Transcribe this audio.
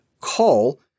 Call